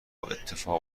اتفاق